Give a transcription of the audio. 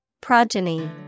Progeny